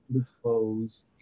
Exposed